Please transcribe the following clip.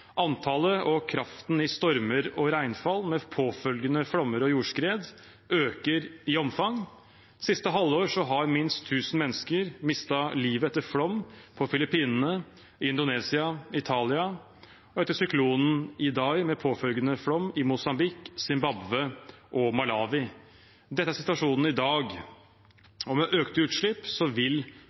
Antallet og kraften i stormer og regnfall med påfølgende flommer og jordskred øker i omfang. Siste halvår har minst tusen mennesker mistet livet etter flom på Filippinene, i Indonesia, i Italia og etter syklonen Idai med påfølgende flom i Mosambik, Zimbabwe og Malawi. Dette er situasjonen i dag, og med økte utslipp vil